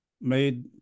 made